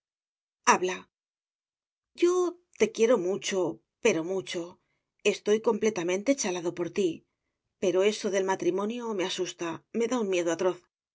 habla yo te quiero mucho pero mucho estoy completamente chalado por ti pero eso del matrimonio me asusta me da un miedo atroz yo